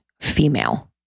female